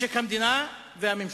משק המדינה והממשלה,